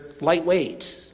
lightweight